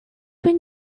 been